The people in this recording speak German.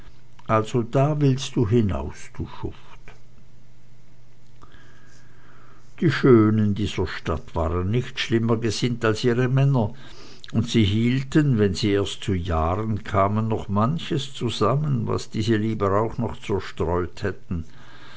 also da willst du hinaus du schuft die schönen dieser stadt waren nicht schlimmer gesinnt als ihre männer und sie hielten wenn sie erst zu jahren kamen noch manches zusammen was diese lieber auch noch zerstreut hätten